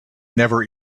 never